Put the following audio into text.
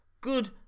good